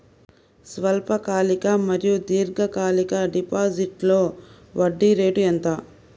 స్వల్పకాలిక మరియు దీర్ఘకాలిక డిపోజిట్స్లో వడ్డీ రేటు ఎంత?